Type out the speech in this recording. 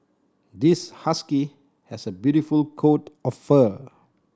this husky has a beautiful coat of fur